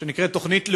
שנקראת תוכנית לאומית,